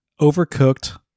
overcooked